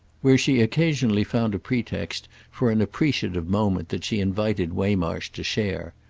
where she occasionally found a pretext for an appreciative moment that she invited waymarsh to share.